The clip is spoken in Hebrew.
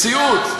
מציאות.